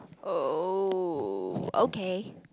oh okay